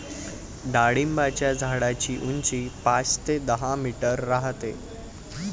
डाळिंबाच्या झाडाची उंची पाच ते दहा मीटर राहते